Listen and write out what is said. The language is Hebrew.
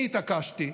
אני התעקשתי,